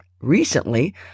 recently